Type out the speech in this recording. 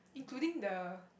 including the